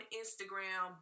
instagram